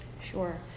Sure